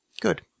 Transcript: Good